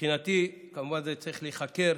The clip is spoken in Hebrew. כמובן, זה צריך להיחקר.